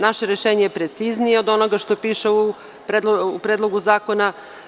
Naše rešenje je preciznije od onoga što piše u Predlogu zakona.